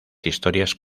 historias